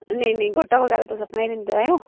नेईं नेईं गोट्टा बगैरा तुस अपना ही लैंदे आएओ